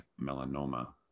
melanoma